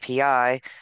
API